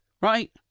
right